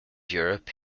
europe